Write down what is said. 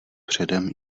předem